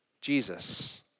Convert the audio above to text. Jesus